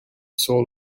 soul